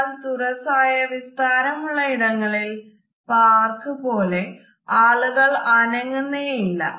എന്നാൽ തുറസ്സായ വിസ്താരമുള്ള ഇടങ്ങളിൽ പാർക്ക് പോലെ ആളുകൾ അനങ്ങുന്നേയില്ല